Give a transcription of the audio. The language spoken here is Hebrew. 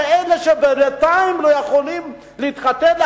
לכאלה שבינתיים לא יכולים להתחתן,